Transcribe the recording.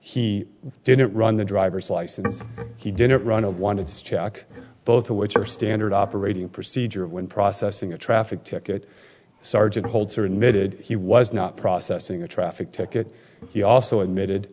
he didn't run the driver's license he didn't run a one it's check both of which are standard operating procedure when processing a traffic ticket sergeant holds or admitted he was not processing a traffic ticket he also admitted